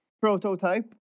prototype